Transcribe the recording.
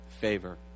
favor